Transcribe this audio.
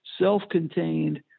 self-contained